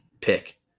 pick